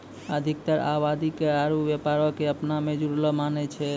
अधिकतर आवादी कर आरु व्यापारो क अपना मे जुड़लो मानै छै